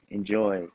Enjoy